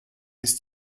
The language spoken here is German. ist